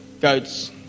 goats